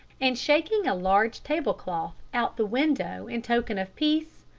and, shaking a large table-cloth out the window in token of peace,